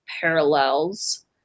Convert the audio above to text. parallels